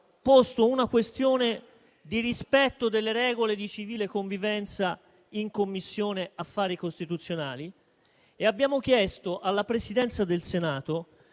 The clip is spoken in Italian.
posto una questione di rispetto delle regole di civile convivenza in Commissione affari costituzionali e abbiamo chiesto alla Presidenza del Senato